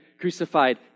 crucified